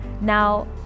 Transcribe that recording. now